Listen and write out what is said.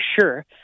sure